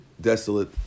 desolate